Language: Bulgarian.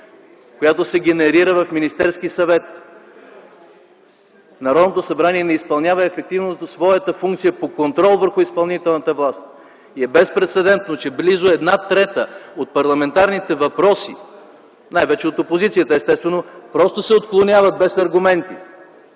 която се генерира в Министерския съвет. Народното събрание не изпълнява ефективно своята функция по контрол върху изпълнителната власт и е безпрецедентно, че близо една трета от парламентарните въпроси, най-вече от опозицията естествено, просто се отклоняват без сериозни